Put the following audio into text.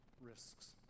risks